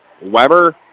Weber